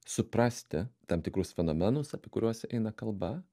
suprasti tam tikrus fenomenus apie kuriuos eina kalba